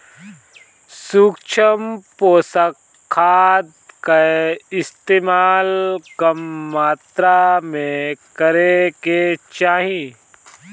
सूक्ष्म पोषक खाद कअ इस्तेमाल कम मात्रा में करे के चाही